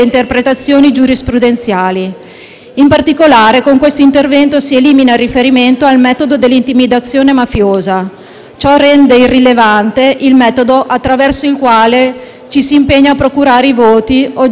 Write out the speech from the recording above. In particolare, con questo intervento si elimina il riferimento al metodo dell'intimidazione mafiosa. Ciò rende irrilevante il metodo attraverso il quale ci si impegna a procurare i voti oggetto dell'accordo politico-mafioso,